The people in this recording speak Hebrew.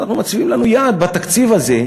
אז אנחנו מציבים לנו יעד בתקציב הזה,